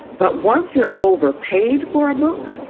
but once you're over paid for a book,